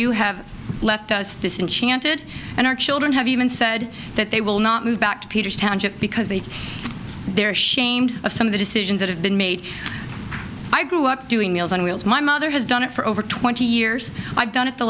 you have left us disenchanted and our children have even said that they will not move back to peter's township because they they're ashamed of some of the decisions that have been made i grew up doing meals on wheels my mother has done it for over twenty years i've done it the